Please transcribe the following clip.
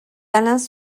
alains